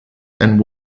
and